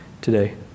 today